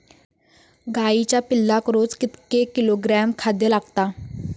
गाईच्या पिल्लाक रोज कितके किलोग्रॅम खाद्य लागता?